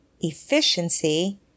efficiency